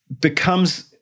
becomes